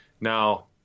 Now